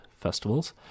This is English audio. festivals